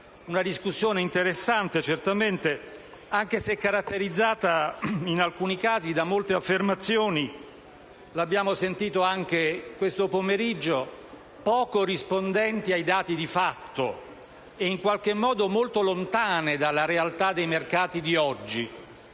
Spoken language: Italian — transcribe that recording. una discussione interessante, certamente, anche se caratterizzata, in alcuni casi, da molte affermazioni - lo abbiamo sentito anche questo pomeriggio - poco rispondenti ai dati di fatto e, in qualche modo, molto lontane dalla realtà dei mercati odierni.